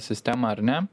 sistemą ar ne